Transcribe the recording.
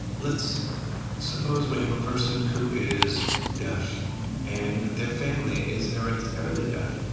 let's suppose we have a person who is deaf and their family is hereditarily deaf,